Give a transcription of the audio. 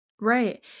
right